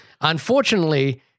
unfortunately